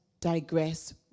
digress